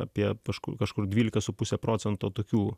apie kažkur kažkur dvylika su puse procento tokių